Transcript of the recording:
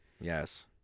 Yes